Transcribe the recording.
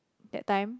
that time